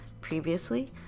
Previously